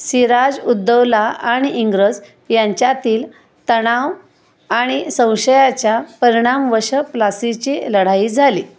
सिराजउद्दौला आणि इंग्रज यांच्यातील तणाव आणि संशयाच्या परिणामवश प्लासीची लढाई झाली